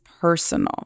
personal